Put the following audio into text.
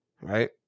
right